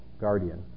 guardian